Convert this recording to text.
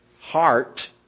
Heart